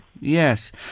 Yes